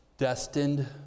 Destined